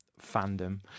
fandom